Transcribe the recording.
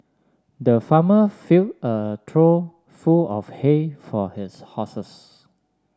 the farmer fill a trough full of hay for his horses